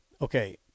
Okay